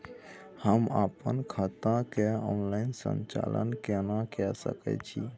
हम अपन खाता के ऑनलाइन संचालन केना के सकै छी?